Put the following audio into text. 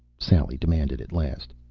sally demanded, at last.